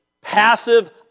passive